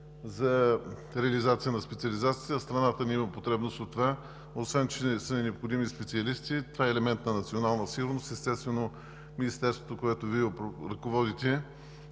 За реализацията на специализациите страната ни има потребност от това и освен че са ни необходими специалисти, това е елемент на националната сигурност. Министерството, което Вие ръководите,